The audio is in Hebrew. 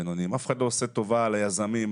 ליזמים,